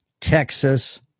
Texas